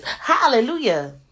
Hallelujah